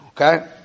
Okay